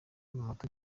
muto